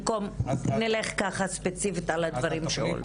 נלך ספציפית על הדברים ונשאל.